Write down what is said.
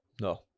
No